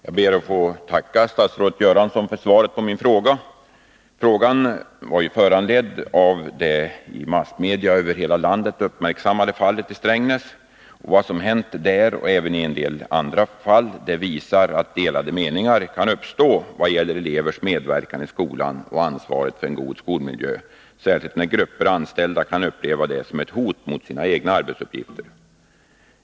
Herr talman! Jag ber att få tacka statsrådet Göransson för svaret på min fråga. Frågan var föranledd av det i massmedia över hela landet uppmärksammade fallet i Strängnäs. Vad som hänt i det fallet och även i en del andra visar att delade meningar kan uppstå i vad gäller elevers medverkan i skolan och ansvaret för en god skolmiljö, särskilt när grupper av anställda kan uppleva det som ett hot mot sina egna arbetsuppgifter.